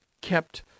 kept